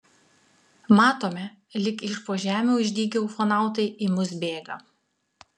matome lyg iš po žemių išdygę ufonautai į mus bėga